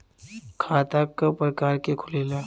खाता क प्रकार के खुलेला?